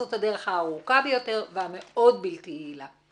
זאת הדרך הארוכה ביותר והמאוד בלתי יעילה.